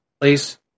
please